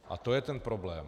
A to je ten problém.